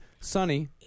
sunny